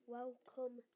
Welcome